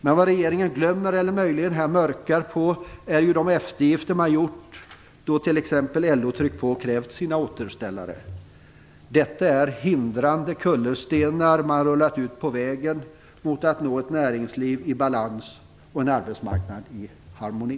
Men vad regeringen glömmer eller möjligen "mörkar på" är de eftergifter man har gjort då t.ex. LO tryckt på och krävt sina "återställare". Detta är hindrande kullerstenar som man rullat ut på vägen mot att nå ett näringsliv i balans och en arbetsmarknad i harmoni.